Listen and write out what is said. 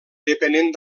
depenent